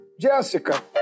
Jessica